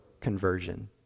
conversion